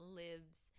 lives